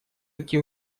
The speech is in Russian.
эти